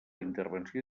intervenció